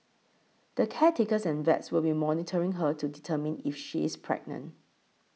the caretakers and vets will be monitoring her to determine if she is pregnant